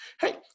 Hey